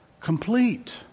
complete